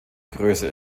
größe